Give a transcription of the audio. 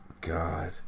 God